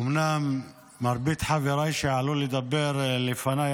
אומנם מרבית חבריי שעלו לדבר לפניי,